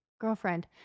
girlfriend